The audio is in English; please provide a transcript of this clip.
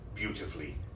Beautifully